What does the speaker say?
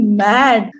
mad